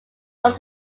was